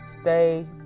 stay